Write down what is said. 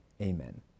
Amen